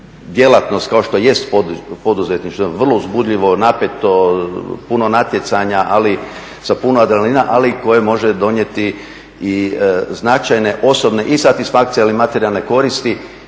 djelatnost kao što jest poduzetništvo, jedno vrlo uzbudljivo, napeto, puno natjecanja sa puno adrenalina ali koje može donijeti značajne osobne i satisfakcije ali i materijalne koristi.